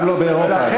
גם לא באירופה, אגב.